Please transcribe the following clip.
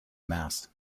mass